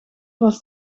was